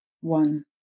One